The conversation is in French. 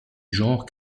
genre